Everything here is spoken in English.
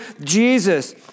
Jesus